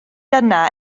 dyna